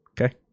Okay